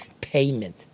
payment